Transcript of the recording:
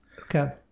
Okay